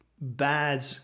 bad